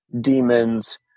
demons